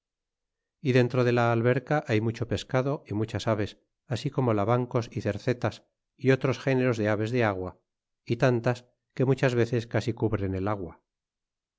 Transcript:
y dentro do la alberca hay mucho pescado y muchas aves así como lavancos y cercetas y otros a géneros de aves de agua y tantas que muchas veces casi cubren el agua